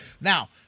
Now